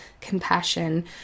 compassion